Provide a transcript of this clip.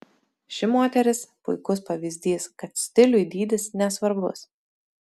ši moteris puikus pavyzdys kad stiliui dydis nesvarbus